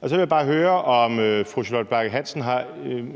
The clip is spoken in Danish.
og så vil jeg bare høre, om fru Charlotte Bagge Hansen har